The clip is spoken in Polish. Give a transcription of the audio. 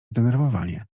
zdenerwowanie